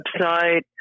website